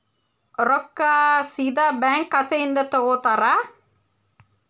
ರೊಕ್ಕಾ ಸೇದಾ ಬ್ಯಾಂಕ್ ಖಾತೆಯಿಂದ ತಗೋತಾರಾ?